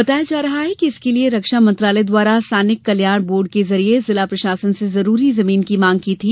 बताया जाता है कि इसके लिए रक्षा मंत्रालय द्वारा सैनिक कल्याण बोर्ड के जरिए जिला प्रशासन से जरूरी जमीन की मांग की थी